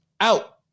out